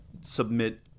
submit